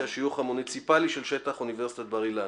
השיוך המוניציפלי של שטח אוניברסיטת בר אילן.